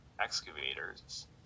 excavators